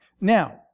Now